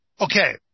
okay